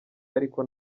ariko